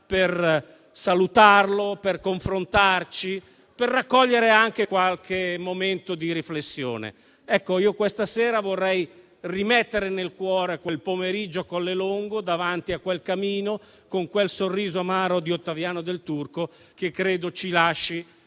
per salutarlo, confrontarsi e raccogliere anche qualche momento di riflessione. Questa sera vorrei rimettere nel cuore quel pomeriggio a Collelongo, davanti a quel camino, con quel sorriso amaro di Ottaviano Del Turco, che credo ci lasci